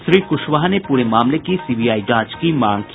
श्री कुशवाहा ने पूरे मामले की सीबीआई जांच की मांग की